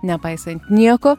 nepaisant nieko